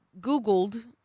Googled